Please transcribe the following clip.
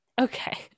Okay